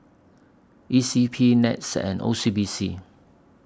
E C P Nets and O C B C